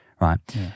right